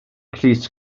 crys